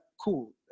cool